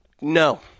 no